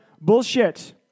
bullshit